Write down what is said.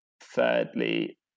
Thirdly